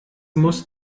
muss